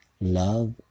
love